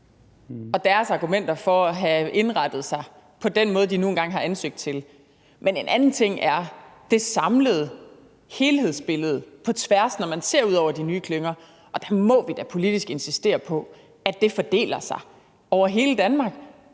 og deres argumenter for at have indrettet sig på den måde, de nu engang har ansøgt til, men en anden ting er det samlede helhedsbillede på tværs, når man ser ud over de nye klynger. Der må vi da politisk insistere på, at det fordeler sig over hele Danmark,